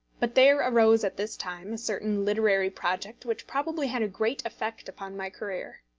but there arose at this time a certain literary project which probably had a great effect upon my career.